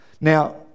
Now